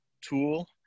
tool